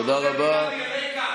תודה רבה.